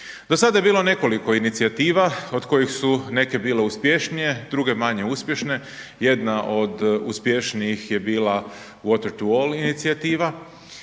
Do sada je bilo nekoliko inicijativa od kojih su neke bile uspješnije, druge manje uspješne, jedna od uspješnijih je bila „Water to all“ inicijativa